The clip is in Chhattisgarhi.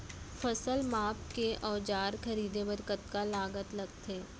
फसल मापके के औज़ार खरीदे बर कतका लागत लगथे?